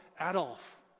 Adolf